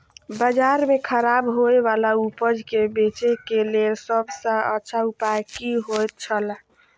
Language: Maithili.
बाजार में खराब होय वाला उपज के बेचे के लेल सब सॉ अच्छा उपाय की होयत छला?